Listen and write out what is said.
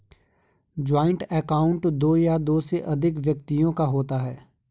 joint account दो या दो से अधिक व्यक्तियों का होता है